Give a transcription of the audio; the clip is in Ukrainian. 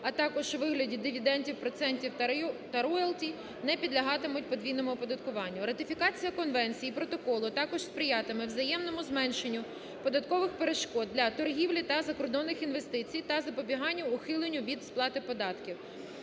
а також у вигляді дивідендів, процентів та роялті не підлягатимуть подвійному оподаткуванню. Ратифікації конвенції і протоколу також сприятиме взаємному зменшенню податкових перешкод для торгівлі та закордонних інвестицій та запобіганню ухиленню від сплати податків.